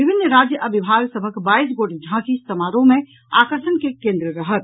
विभिन्न राज्य आ विभाग सभक बाईस गोट झांकी समारोह मे आकर्षण के केन्द्र रहत